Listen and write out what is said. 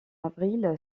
avril